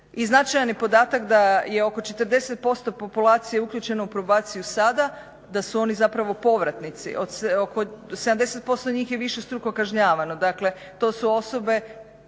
I značajan je podatak da je oko 40% populacije uključeno u probaciju sada, da su oni zapravo povratnici, oko 70% njih je višestruko kažnjavano, dakle to su osobe